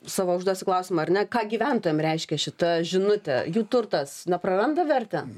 savo užduosiu klausimą ar ne ką gyventojam reiškia šita žinutė jų turtas na praranda vertę